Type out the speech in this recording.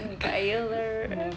kaya